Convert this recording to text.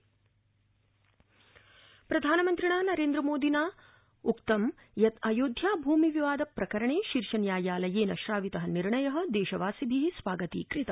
मन की बात कार्यक्रम प्रधानमन्त्रिणा नरेन्द्रमोदिनोक्तं अयोध्या भूमि विवाद प्रकरणे शीर्षन्यायालयेन श्रावित निर्णय देशवासिभि स्वागतीकृत